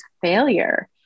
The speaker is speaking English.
failure